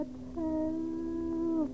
tell